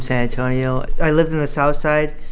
so antonio. i lived in the southside.